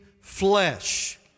flesh